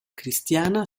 cristiana